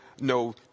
no